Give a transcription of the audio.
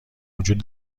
وجود